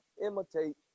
Imitate